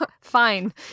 Fine